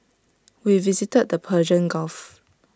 we visited the Persian gulf